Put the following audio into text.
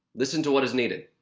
listen to what is needed.